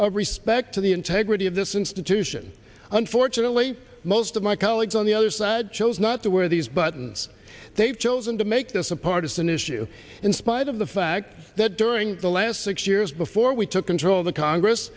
of respect for the integrity of this institution unfortunately most of my colleagues on the other side chose not to wear these buttons they've chosen to make this a partisan issue in spite of the fact that during the last six years before we took control of the congress